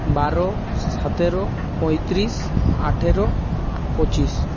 বারো সাতেরো পঁয়ত্রিশ আঠারো পঁচিশ